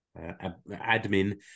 admin